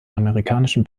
amerikanischen